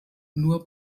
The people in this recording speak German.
nur